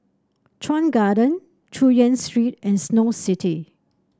Chuan Garden Chu Yen Street and Snow City